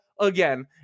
again